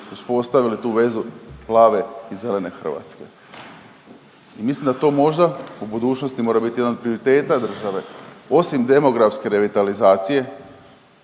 konačno uspostavili tu vezu plave i zelene Hrvatske i mislim da to možda u budućnosti mora biti jedan od prioriteta države. Osim demografske revitalizacije,